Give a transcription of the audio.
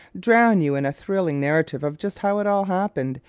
drown you in a thrilling narrative of just how it all happened,